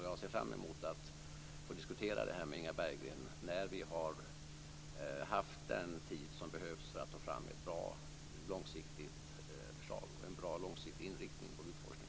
Jag ser fram emot att få diskutera det här med Inga Berggren när vi har haft den tid som behövs för att få fram ett bra, långsiktigt förslag och en bra, långsiktig inriktning på byggforskningen.